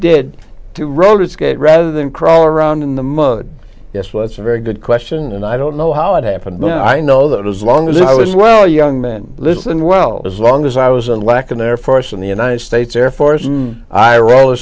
did to rhodes gate rather than crawl around in the mud yes well it's a very good question and i don't know how it happened no i know that as long as i was well young men listen well as long as i was a lack in the air force in the united states air force i